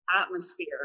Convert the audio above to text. atmosphere